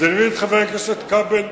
חבר הכנסת כבל,